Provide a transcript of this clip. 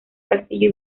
castillo